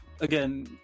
Again